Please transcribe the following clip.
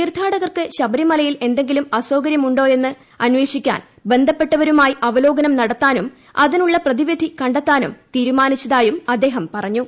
തീർത്ഥാടകർക്ക് ശബരിമലയിൽ എന്തെങ്കിലും അസൌകര്യമുണ്ടോ എന്ന് അന്വേഷിക്കാൻ ബന്ധപ്പെട്ടവരുമായി അവലോകനം നടത്താനും അതിനുള്ള പ്രതിവിധി കണ്ടെത്താനും തീരുമാനിച്ചതായി അദ്ദേഹം പറഞ്ഞു